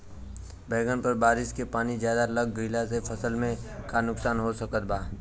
बैंगन पर बारिश के पानी ज्यादा लग गईला से फसल में का नुकसान हो सकत बा?